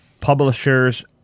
publishers